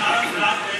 אמרנו, אצל הערבים,